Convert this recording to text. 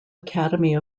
academy